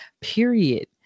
period